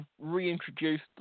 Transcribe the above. reintroduced